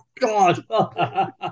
God